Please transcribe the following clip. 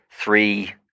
three